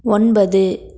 ஒன்பது